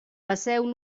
passeu